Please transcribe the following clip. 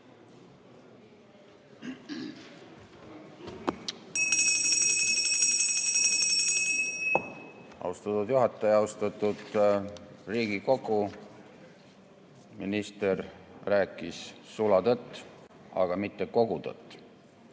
Austatud juhataja! Austatud Riigikogu! Minister rääkis sulatõtt, aga mitte kogu tõtt.